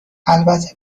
البته